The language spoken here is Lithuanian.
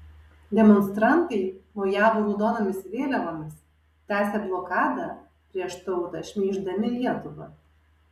demonstrantai mojavo raudonomis vėliavomis tęsė blokadą prieš tautą šmeiždami lietuvą